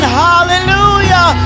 hallelujah